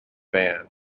band